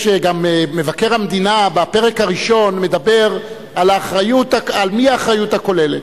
גם מבקר המדינה בפרק הראשון מדבר על מי האחריות הכוללת.